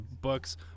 books